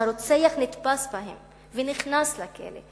והרוצח נתפס בהם ונכנס לכלא.